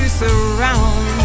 surround